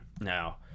Now